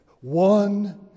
One